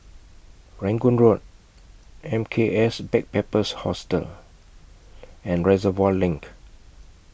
Rangoon Road M K S Backpackers Hostel and Reservoir LINK